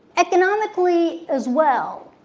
economically as well,